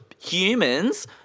humans